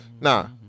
Nah